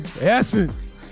Essence